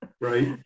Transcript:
Right